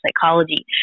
psychology